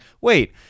wait